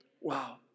Wow